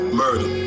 murder